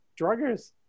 druggers